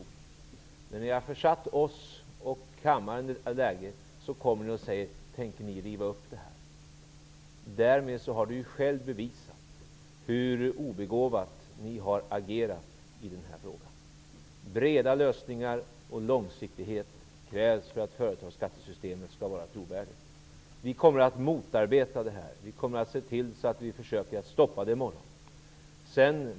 Efter det att ni har försatt oss och kammaren i den här situationen kommer ni och frågar om vi tänker riva upp beslutet. Därmed har ni själva bevisat hur obegåvat ni har agerat i den här frågan. Breda lösningar och långsiktighet krävs för att företagsskattesystemet skall vara trovärdigt. Vi kommer att motarbeta det här. Vi kommer att försöka stoppa det i morgon.